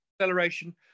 acceleration